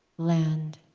land